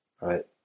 right